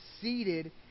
seated